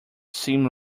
seemed